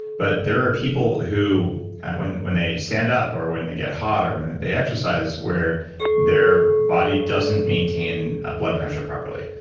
but there are people who when when they stand up or when they get hot or when they exercise where their body doesn't maintain blood pressure properly.